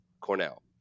Cornell